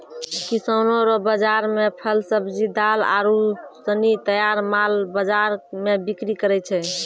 किसानो रो बाजार मे फल, सब्जी, दाल आरू सनी तैयार माल बाजार मे बिक्री करै छै